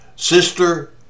Sister